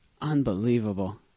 Unbelievable